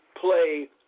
play